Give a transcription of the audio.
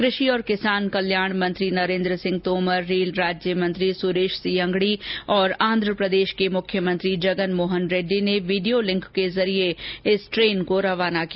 कृषि और किसान कल्याण मंत्री नरेन्द्र सिंह तोमर रेल राज्य मंत्री सुरेश सी अंगड़ी और आंध प्रदेश के मुख्यमंत्री जगन मोहन रेड्डी ने वीडियो लिंक के जरिए इस रेलगाड़ी को रवाना किया